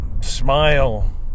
smile